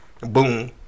Boom